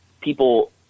people